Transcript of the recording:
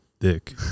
dick